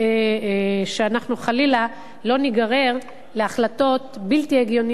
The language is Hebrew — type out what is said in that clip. וחלילה שלא ניגרר להחלטות בלתי הגיוניות